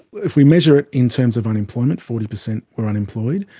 if we measure it in terms of unemployment, forty percent were unemployed.